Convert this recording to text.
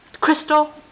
Crystal